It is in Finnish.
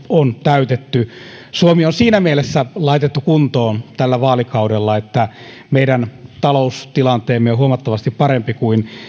on täytetty suomi on siinä mielessä laitettu kuntoon tällä vaalikaudella että meidän taloustilanteemme on huomattavasti parempi kuin